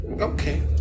Okay